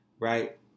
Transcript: right